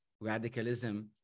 radicalism